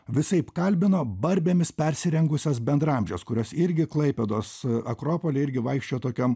visaip kalbino barbėmis persirengusios bendraamžes kurios irgi klaipėdos akropoly irgi vaikščiojo tokiom